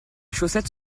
chaussettes